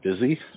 busy